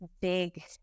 big